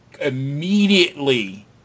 immediately